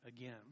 again